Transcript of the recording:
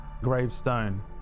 gravestone